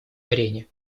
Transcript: арене